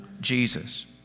Jesus